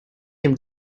him